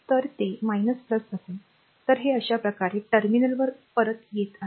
तर ते असेल तर हे अशा प्रकारे टर्मिनलवर परत येत आहे